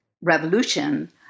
revolution